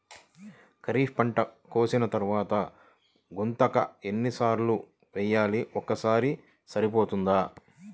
ఖరీఫ్ పంట కోసిన తరువాత గుంతక ఎన్ని సార్లు వేయాలి? ఒక్కసారి సరిపోతుందా?